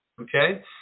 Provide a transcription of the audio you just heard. okay